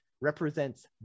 represents